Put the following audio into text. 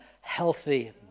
healthy